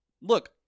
Look